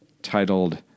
titled